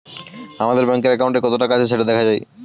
আমাদের ব্যাঙ্কের অ্যাকাউন্টে কত টাকা আছে সেটা দেখা যায়